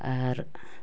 ᱟᱨ